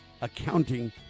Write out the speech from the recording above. Accounting